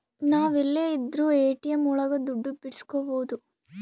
ನಾವ್ ಎಲ್ಲೆ ಇದ್ರೂ ಎ.ಟಿ.ಎಂ ಒಳಗ ದುಡ್ಡು ಬಿಡ್ಸ್ಕೊಬೋದು